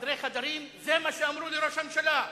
בחדרי חדרים זה מה שאמרו לראש הממשלה.